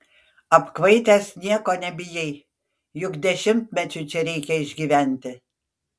apkvaitęs nieko nebijai juk dešimtmečiui čia reikia išgyventi